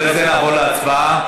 אחרי זה נעבור להצבעה.